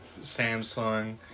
Samsung